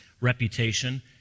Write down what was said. reputation